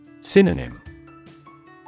Synonym